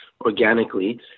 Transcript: organically